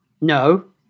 No